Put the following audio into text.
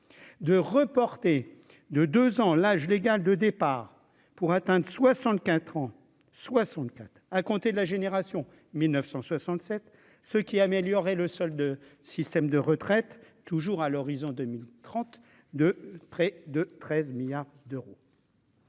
de reporter de 2 ans l'âge légal de départ pour atteinte 64 ans, 64 à compter de la génération 1967 ce qui améliorerait le solde de système de retraite toujours à l'horizon 2030, de près de 13 milliards d'euros.